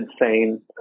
insane